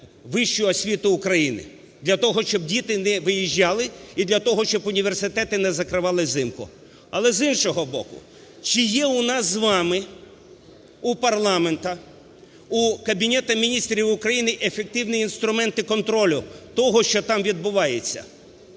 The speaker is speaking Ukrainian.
вищу освіту України для того, щоб діти не виїжджали, і для того, щоб університети не закривали взимку. Але, з іншого боку, чи є у нас з вами у парламенту, у Кабінету Міністрів України ефективні інструменти контролю того, що там відбувається?